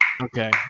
Okay